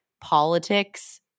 politics